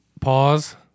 pause